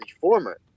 former